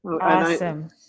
Awesome